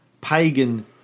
pagan